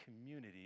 community